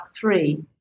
three